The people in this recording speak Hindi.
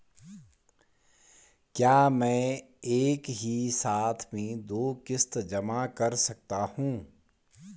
क्या मैं एक ही साथ में दो किश्त जमा कर सकता हूँ?